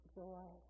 joy